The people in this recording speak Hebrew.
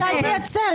מתי תייצר?